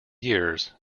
years